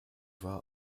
war